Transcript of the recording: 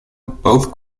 both